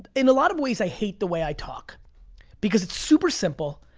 in a lot of ways, i hate the way i talk because it's super simple.